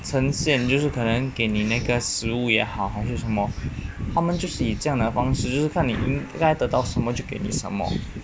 呈现就是可能给你那个食物也好还是什么他们就是以这样的方式只是看你应该得到什么就给到什么